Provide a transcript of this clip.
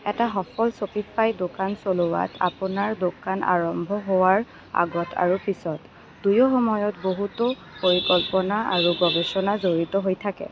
এটা সফল চ'পিফাই দোকান চলোৱাত আপোনাৰ দোকান আৰম্ভ হোৱাৰ আগত আৰু পিছত দুয়ো সময়ত বহুতো পৰিকল্পনা আৰু গৱেষণা জড়িত হৈ থাকে